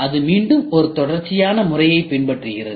அது மீண்டும் ஒரு தொடர்ச்சியான முறையைப் பின்பற்றுகிறது